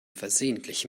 versehentlich